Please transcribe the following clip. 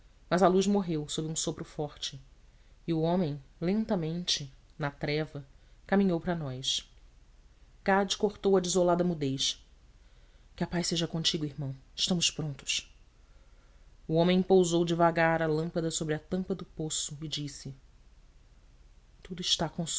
mas a luz morreu sob um sopro forte e o homem lentamente na treva caminhou para nós gade cortou a desolada mudez que a paz seja contigo irmão estamos prontos o homem pousou devagar a lâmpada sobre a tampa do poço e disse tudo está